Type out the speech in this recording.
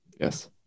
Yes